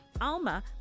Alma